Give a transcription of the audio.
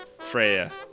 Freya